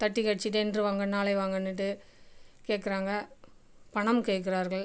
தட்டி கழிச்சுட்டே இன்று வாங்க நாளை வாங்கனுட்டு கேட்குறாங்க பணம் கேட்குறார்கள்